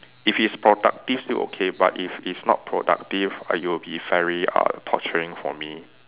if it's productive still okay but if it's not productive uh it will be very uh torturing for me